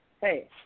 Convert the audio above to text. Hey